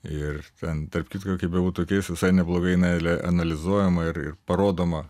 ir ten tarp kitko kaip bebūtų keista visai neblogai meilė analizuojama ir parodoma